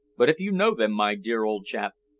but if you know them, my dear old chap,